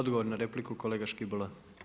Odgovor na repliku, kolega Škibola.